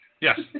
Yes